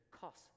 cost